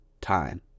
time